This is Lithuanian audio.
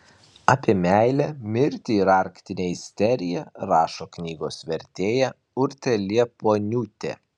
apie meilę mirtį ir arktinę isteriją rašo knygos vertėja urtė liepuoniūtė